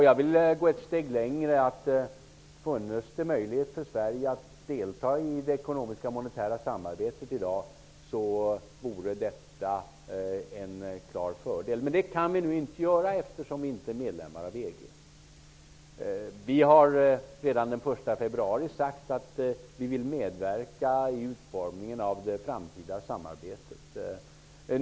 Jag vill gå ett steg längre: funnes det möjlighet för Sverige att delta i det monetära samarbetet i dag vore detta en klar fördel. Men det kan vi nu inte göra, eftersom Sverige inte är medlem i EG. Vi har redan den 1 februari sagt att vi vill medverka i utformningen av det framtida samarbetet.